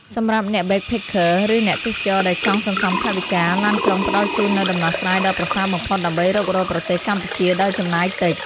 សម្រាប់អ្នក backpacker ឬអ្នកទេសចរណ៍ដែលចង់សន្សំថវិកា ឡានក្រុងផ្តល់ជូននូវដំណោះស្រាយដ៏ប្រសើរបំផុតដើម្បីរុករកប្រទេសកម្ពុជាដោយចំណាយតិច។